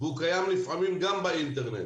הוא קיים לפעמים גם באינטרנט.